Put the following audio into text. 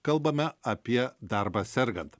kalbame apie darbą sergant